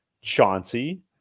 Chauncey